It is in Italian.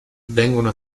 vengono